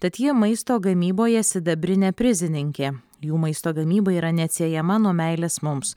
tad ji maisto gamyboje sidabrinė prizininkė jų maisto gamyba yra neatsiejama nuo meilės mums